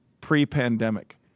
pre-pandemic